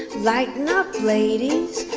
lighten up, ladies.